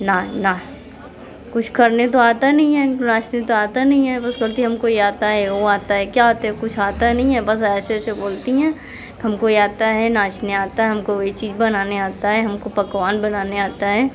ना ना कुछ करने तो आता नहीं है इनको नाचने तो आता नहीं है बस कहती हम को ये आता है वो आता है क्या आता कुछ आता नहीं है बस ऐसे ऐसे बोलती हैं तो हमको ये आता है नाचने आता है हम को ये चीज़ बनाने आता है हम को पकवान बनाने आता हैं